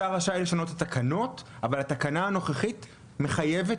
השר רשאי לשנות את התקנות אבל התקנה הנוכחית מחייבת